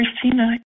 Christina